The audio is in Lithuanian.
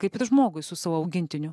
kaip ir žmogui su savo augintiniu